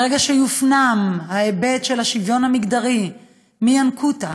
ברגע שיופנם ההיבט של השוויון המגדרי מינקות,